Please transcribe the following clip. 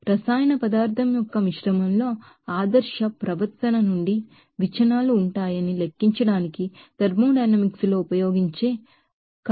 రసాయన పదార్థం యొక్క మిశ్రమంలో ఐడీఎల్ బిహేవియర్ నుండి డీవియేషన్స్ ఉన్నాయని లెక్కించడానికి థర్మోడైనమిక్స్ లో ఉపయోగించే ఆక్టివిటీ కోఎఫిసిఎంట్